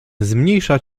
zmniejsza